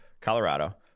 Colorado